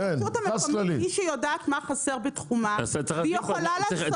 אבל הרשות המקומית היא שיודעת מה חסר בתחומה והיא יכולה לעשות